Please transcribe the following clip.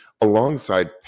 alongside